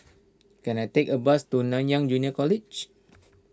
can I take a bus to Nanyang Junior College